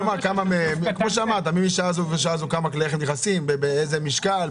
כפי שאמרת: משעה זו